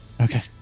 Okay